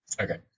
Okay